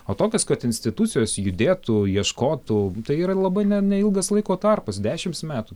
o tokios kad institucijos judėtų ieškotų tai yra labai ne neilgas laiko tarpas dešims metų